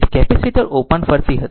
તેથી capacitor open ફરતી હતી